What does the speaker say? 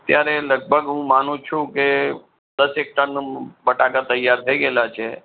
અત્યારે લગભગ હું માનું છું કે દસેક ટન બટાકા તૈયાર થઇ ગયેલાં છે